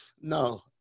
no